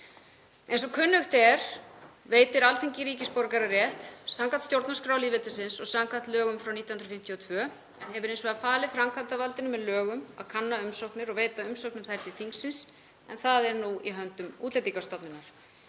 Eins og kunnugt er veitir Alþingi ríkisborgararétt samkvæmt stjórnarskrá lýðveldisins og samkvæmt lögum frá 1952, en hefur hins vegar falið framkvæmdarvaldinu með lögum að kanna umsóknir og veita umsögn um þær til þingsins en það er nú í höndum Útlendingastofnunar.